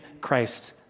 Christ